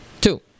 two